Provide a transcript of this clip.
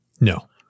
no